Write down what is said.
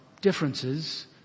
differences